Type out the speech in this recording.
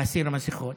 להסיר מסכות.